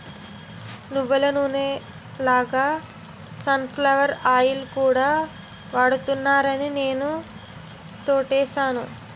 నువ్వులనూనె లాగే sunflower oil కూడా వాడుతున్నారాని నేనా తోటేసాను